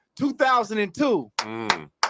2002